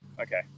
okay